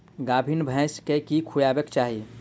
गाभीन भैंस केँ की खुएबाक चाहि?